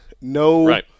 no